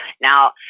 Now